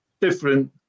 different